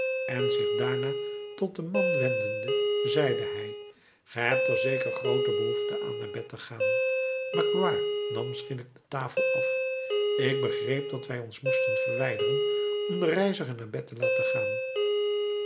en zich daarna tot den man wendende zeide hij ge hebt er zeker groote behoefte aan naar bed te gaan magloire nam schielijk de tafel af ik begreep dat wij ons moesten verwijderen om den reiziger naar bed te laten gaan